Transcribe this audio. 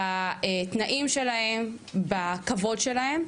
בתנאים שלהם ובכבוד שלהם.